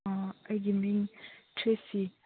ꯑꯩꯒꯤ ꯃꯤꯡ ꯊ꯭ꯔꯦꯁꯤ